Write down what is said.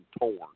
torn